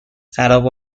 خرابه